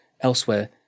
elsewhere